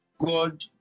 God